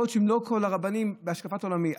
יכול להיות שלא כל הרבנים בהשקפת עולמי,